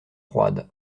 froides